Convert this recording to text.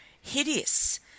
hideous